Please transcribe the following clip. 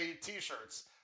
T-shirts